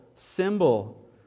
symbol